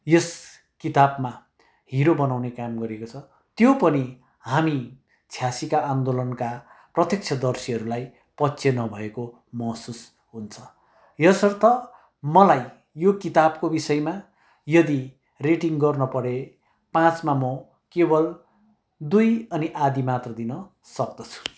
यस किताबमा हिरो बनाउने काम गरेको छ त्यो पनि हामी छयासीका आन्दोलनका प्रत्यक्षदर्शीहरूलाई पाच्च्या नभएको महसुस हुन्छ यसर्थ मलाई यो किताबको विषयमा यदि रेटिङ गर्न परे पाँचमा म दुई अनि आधा मात्र दिन सक्दछु